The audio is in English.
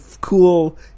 cool